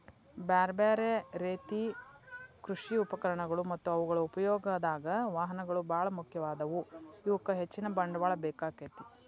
ಬ್ಯಾರ್ಬ್ಯಾರೇ ರೇತಿ ಕೃಷಿ ಉಪಕರಣಗಳು ಮತ್ತ ಅವುಗಳ ಉಪಯೋಗದಾಗ, ವಾಹನಗಳು ಬಾಳ ಮುಖ್ಯವಾದವು, ಇವಕ್ಕ ಹೆಚ್ಚಿನ ಬಂಡವಾಳ ಬೇಕಾಕ್ಕೆತಿ